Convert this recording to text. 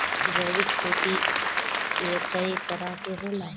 जैविक खेती कए तरह के होखेला?